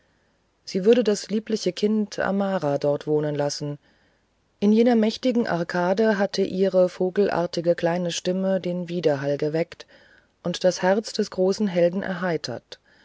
sie würde das liebliche kind amara dort wohnen lassen in jener mächtigen arkade hatte ihre vogelartige kleine stimme den widerhall geweckt und das herz des großen helden erheitert